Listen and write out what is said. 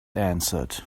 answered